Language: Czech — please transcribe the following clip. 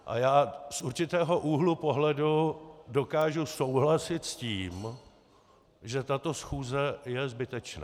A já z určitého úhlu pohledu dokážu souhlasit s tím, že tato schůze je zbytečná.